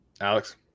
Alex